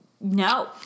No